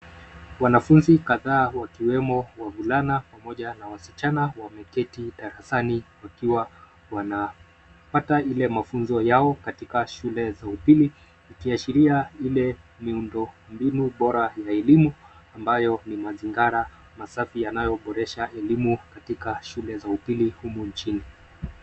Wanafunzi kadhaa wakiwemo wavulana pamoja wa wasichana wameketi darasani wakiwa wanapata ile mafunzo yao katika shule za upili ikiashiria ile miundombinu bora za elimu ambayo ni mazingira masafi yanayoboresha elimu katika shule za upili humu nchini.